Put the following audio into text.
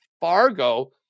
Fargo